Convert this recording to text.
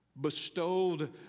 bestowed